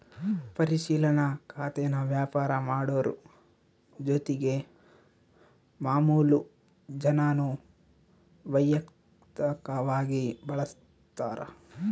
ಪರಿಶಿಲನಾ ಖಾತೇನಾ ವ್ಯಾಪಾರ ಮಾಡೋರು ಜೊತಿಗೆ ಮಾಮುಲು ಜನಾನೂ ವೈಯಕ್ತಕವಾಗಿ ಬಳುಸ್ತಾರ